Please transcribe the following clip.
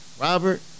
Robert